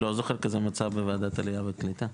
לא זוכר כזה מצב בוועדת העלייה והקליטה.